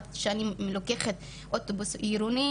עד שאני לוקחת אוטובוס עירוני,